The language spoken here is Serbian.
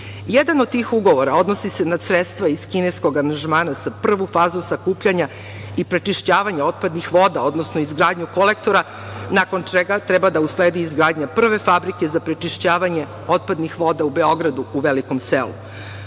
Jedan od tih ugovora odnosi se na sredstva iz kineskog aranžmana za prvu fazu sakupljanja i prečišćavanja otpadnih voda, odnosno izgradnju kolektora, nakon čega treba da usledi izgradnja prve fabrike za prečišćavanje otpadnih voda u Beogradu, u Velikom Selu.